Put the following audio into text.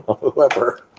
whoever